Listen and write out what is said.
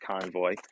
convoy